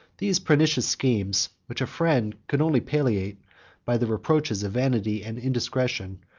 these pernicious schemes, which a friend could only palliate by the reproaches of vanity and indiscretion,